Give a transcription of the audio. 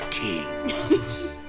kings